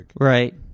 Right